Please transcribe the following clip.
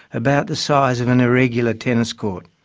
about the size of an irregular tennis court.